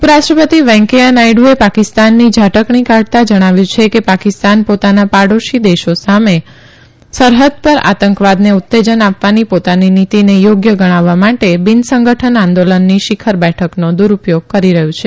ઉપરાષ્ટ્રપતિ વૈકૈયાહ નાયડુએ પાકિસ્તાનની ઝાટકણી કાઢતાં જણાવ્યું કે પાકિસ્તાન પોતાના પૌોશી દેશો સામે સરહદ પર આતંકવાદને ઉત્તેજન આપવાની પોતાની નિતિને યોગ્ય ગણાવવા માટે બિન સંગઠન આંદોલનની શિખર બેઠકનો દુરૃપયોગ કરી રહયું છે